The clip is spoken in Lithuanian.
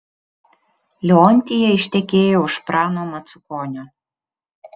leontija ištekėjo už prano macukonio